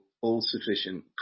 all-sufficient